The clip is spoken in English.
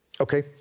Okay